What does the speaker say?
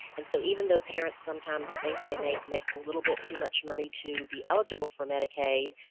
and so even though parents sometimes think they make make a little bit too much money to be eligible for medicaid,